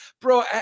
bro